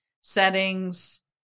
settings